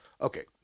Okay